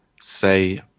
say